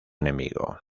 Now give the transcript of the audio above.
enemigo